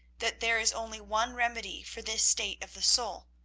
that there is only one remedy for this state of the soul,